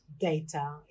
data